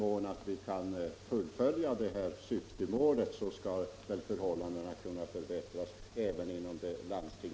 Men det är min förhoppning att förhållandena skall förbättras även i andra landsting.